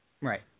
Right